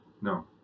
No